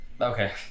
Okay